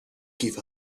give